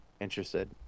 interested